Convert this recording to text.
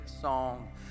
song